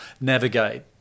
navigate